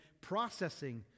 processing